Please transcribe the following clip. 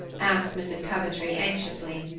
asked mrs. coventry anxiously.